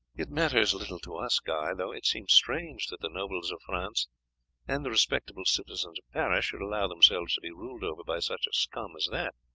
it matters little to us, guy, though it seems strange that the nobles of france and the respectable citizens of paris should allow themselves to be ruled over by such a scum as that